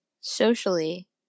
socially